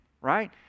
right